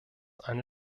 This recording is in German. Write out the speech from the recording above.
eine